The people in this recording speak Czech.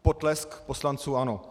Potlesk poslanců ANO.